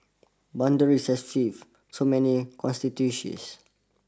boundaries have shift so many constituencies